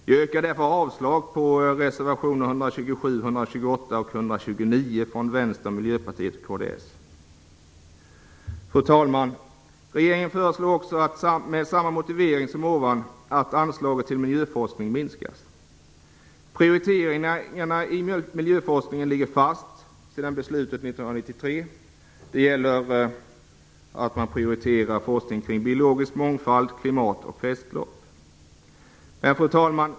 Jag yrkar därför avslag på reservationerna 127, Fru talman! Regeringen föreslår också med samma motivering att anslaget till miljöforskning minskas. Prioriteringarna inom miljöforskningen ligger fast sedan beslutet 1993. Det innebär att forskning kring biologisk mångfald, klimat och kretslopp prioriteras. Fru talman!